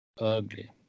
ugly